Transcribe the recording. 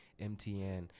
mtn